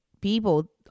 people